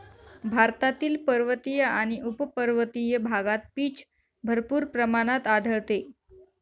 भारतातील पर्वतीय आणि उपपर्वतीय भागात पीच भरपूर प्रमाणात आढळते